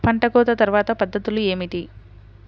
పంట కోత తర్వాత పద్ధతులు ఏమిటి?